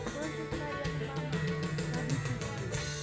بہٕ حظ چھَس مَریمٕنۍ مما پَبلِک ہاے سُکوٗل پٮ۪ٹھ